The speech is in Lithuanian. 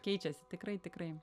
keičiasi tikrai tikrai